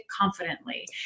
confidently